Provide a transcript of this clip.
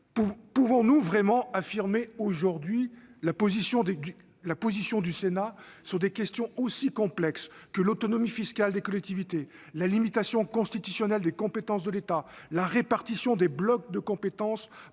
Pouvons-nous vraiment affirmer aujourd'hui la position du Sénat sur des questions aussi complexes que l'autonomie fiscale des collectivités, la limitation constitutionnelle des compétences de l'État, la répartition des blocs de compétences